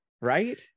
right